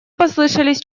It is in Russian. послышались